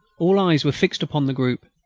all eyes were fixed upon the group.